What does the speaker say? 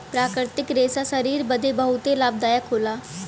प्राकृतिक रेशा शरीर बदे बहुते लाभदायक होला